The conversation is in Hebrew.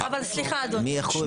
מי, איך קוראים לו?